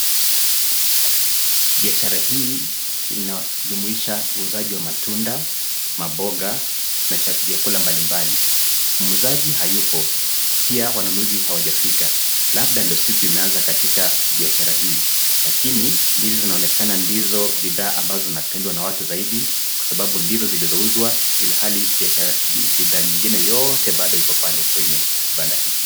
Biashara hii inahusisha uuzaji wa matunda, maboga na vyakula mbalimbali. Muuzaji hayupo, na wanunuzi pia hawajafika. Huenda hii ndiyo siku imeanza katika biashara hii. Hata hivyo, ndizi zinaonekana ndizo bidhaa zinazopendwa zaidi na watu, kwani tayari zimeuzwa, ilhali bidhaa nyingine bado zipo ndani ya kibanda hiki.